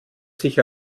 sich